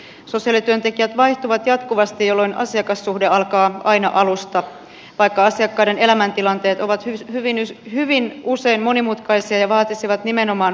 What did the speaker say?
sosiaalityöntekijät vaihtuvat jatkuvasti jolloin asiakassuhde alkaa aina alusta vaikka asiakkaiden elämäntilanteet ovat hyvin usein monimutkaisia ja vaatisivat nimenomaan pysyviä kontakteja